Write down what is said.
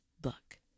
book